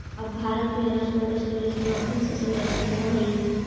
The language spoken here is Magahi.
अब भारत में अनाज कोल्डस्टोरेज के माध्यम से संरक्षित होवऽ हइ